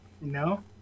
No